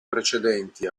precedenti